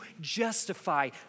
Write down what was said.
justify